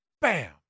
bam